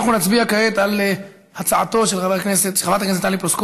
אנחנו נצביע כעת על הצעתה של חברת הכנסת טלי פלוסקוב